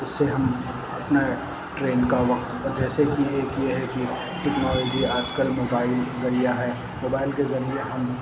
اس سے ہم اپنے ٹرین کا وقت جیسے کہ ایک یہ ہے کہ ٹیکنالوجی آج کل موبائل ذریعہ ہے موبائل کے ذریعے ہم